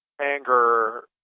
anger